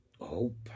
hope